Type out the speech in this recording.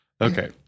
Okay